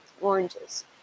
Oranges